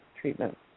treatment